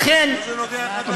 מה זה נוגע אחד לשני?